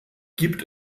gibt